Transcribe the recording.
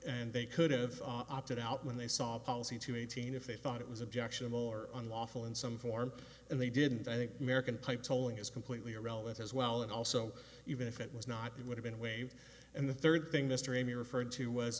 and they could've opted out when they saw a policy to eighteen if they thought it was objectionable or unlawful in some form and they didn't i think american pie polling is completely irrelevant as well and also even if it was not you would have been waved and the third thing mr amy referred to was